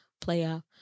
playoff